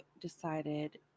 decided